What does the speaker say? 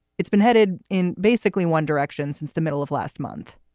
it's been headed in basically one direction since the middle of last month.